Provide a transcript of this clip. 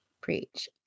Preach